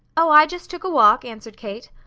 oh, i just took a walk! answered kate.